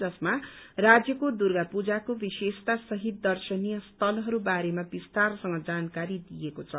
जसमा राज्यको दुर्गा पूजाको विशेषता सहित दर्शनीय स्थलहरू बारेमा विस्तारसँग जानकारी दिइएको छ